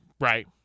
Right